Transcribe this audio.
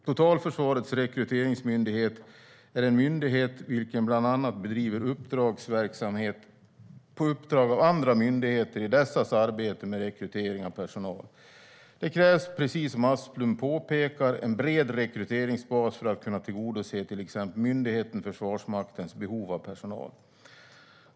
Totalförsvarets rekryteringsmyndighet är en myndighet vilken bland annat bedriver uppdragsverksamhet på uppdrag av andra myndigheter i dessas arbete med rekrytering av personal. Det krävs, precis som Asplund påpekar, en bred rekryteringsbas för att kunna tillgodose till exempel myndigheten Försvarsmaktens behov av personal.